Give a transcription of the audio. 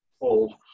old